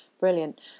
Brilliant